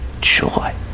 joy